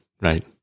right